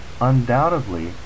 undoubtedly